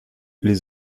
les